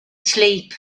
sleep